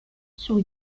sur